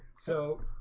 so!